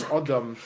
adam